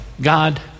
God